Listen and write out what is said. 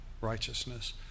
righteousness